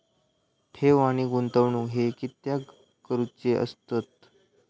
ठेव आणि गुंतवणूक हे कित्याक करुचे असतत?